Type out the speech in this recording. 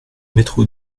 métro